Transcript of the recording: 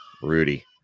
Rudy